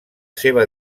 seva